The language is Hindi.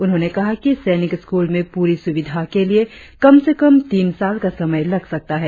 उन्होंने कहा कि सैनिक स्कूल में पूरी सुविधा के लिए कम से कम तीन साल का समय लग सकता है